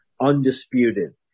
undisputed